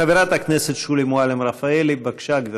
חברת הכנסת שולי מועלם-רפאלי, בבקשה, גברתי.